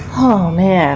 oh, man